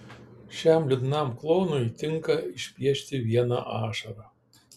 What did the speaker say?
šiam liūdnam klounui tinka išpiešti vieną ašarą